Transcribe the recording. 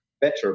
better